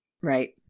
Right